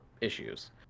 issues